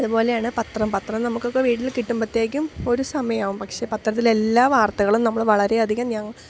അതുപോലെയാണു പത്രം പത്രം നമുക്കൊക്കെ വീട്ടില് കിട്ടുമ്പോഴത്തേക്കും ഒരു സമയമാവും പക്ഷെ പത്രത്തിലെല്ലാ വാർത്തകളും നമ്മള് വളരെയധികം